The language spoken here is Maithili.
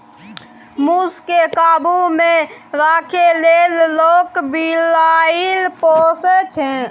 मुस केँ काबु मे राखै लेल लोक बिलाइ पोसय छै